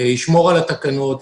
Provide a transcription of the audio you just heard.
ישמור על התקנות,